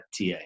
TA